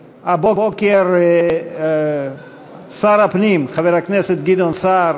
הבוקר הגיש לי שר הפנים, חבר הכנסת גדעון סער,